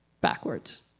backwards